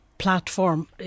platform